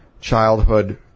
childhood